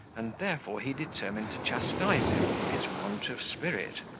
and therefore he determined to chastise him for his want of spirit.